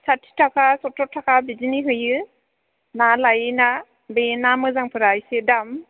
साथि थाखा सथुर थाखा बिदिनि हैयो ना लाइयैना बे ना मोजांफोरा इसे दाम